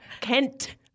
Kent